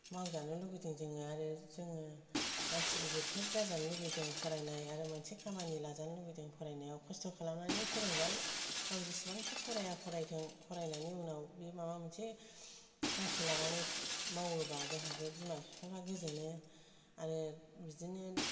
मावजानो लुगैदों आरो जोङो मानसि गिदिरफोर जाजानो लुबैदों फरायनाय आरो मोनसे खामानि लाजानो लुगैदों फरायनायाव खस्त' खालामनानै फोरोंबाय गाव जेसेबांखि फराया फरायथों फरायनायनि उनाव गावनि माबा मोनसे थांखि लानानै मावोबा जोंहाबो बिमा बिफानो गोजोनो आरो बिदिनो